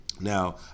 Now